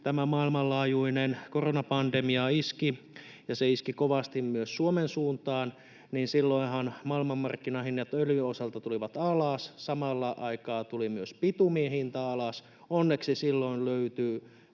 2020 maailmanlaajuinen koronapandemia iski ja se iski kovasti myös Suomen suuntaan, silloinhan maailmanmarkkinahinnat öljyn osalta tulivat alas, samalla aikaa tuli myös bitumin hinta alas. Onneksi silloin löytyi